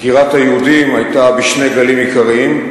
עקירת היהודים היתה בשני גלים עיקריים: